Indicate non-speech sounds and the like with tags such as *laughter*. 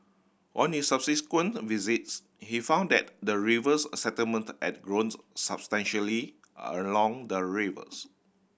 on his subsequent visits he found that the rivers settlement ad grown *unintelligible* substantially are along the rivers